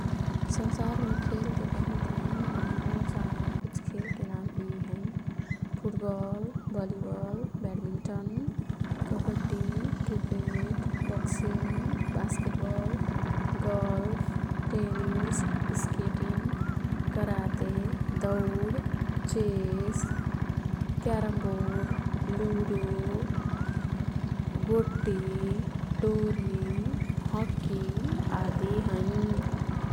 संसारमे खेलते बहुत हैं मने मोर् जानल कुछ खेलके नाम यी हैं football, volleyball, badminton, kabaddi, cricket, boxing, basketball, golf, tennis, skating, karate, दौड, चेस, क्यारमबोर्ड, लुडो, गोट्टी, डोरी, हक्की, आदि हैं।